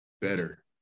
better